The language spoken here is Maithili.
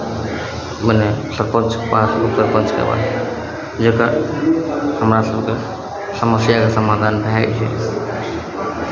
मने सरपञ्चके पास ओकर पक्षके बात जकरा हमरा सभके समस्याके समाधान भए जाइ छै